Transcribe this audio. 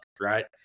Right